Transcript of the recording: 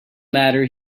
matter